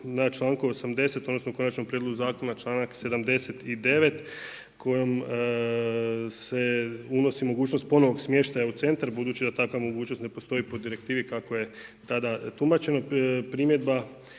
na članku 80. odnosno konačnom prijedlogu zakona članak 79. kojom se unosi mogućnost ponovnog smještaja u centar budući da takva mogućnost ne postoji po direktivi kako je tada tumačeno. Primjedba